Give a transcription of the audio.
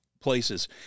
places